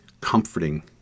comforting